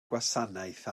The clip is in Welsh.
gwasanaeth